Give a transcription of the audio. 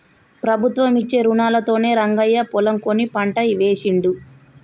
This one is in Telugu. ప్రభుత్వం ఇచ్చే రుణాలతోనే రంగయ్య పొలం కొని పంట వేశిండు